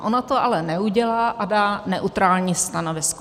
Ona to ale neudělá a dá neutrální stanovisko.